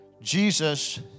Jesus